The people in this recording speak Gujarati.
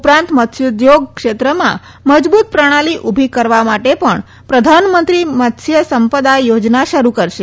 ઉ રાંત મત્સ્ય ઉદ્યોગ ક્ષેત્રમાં મ બુત પ્રણાલી ઉભી કરવા માટે ણ પ્રધાનમંત્રી મત્સ્ય સં દા યો ના શરૂ કરશે